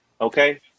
Okay